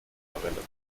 verwendet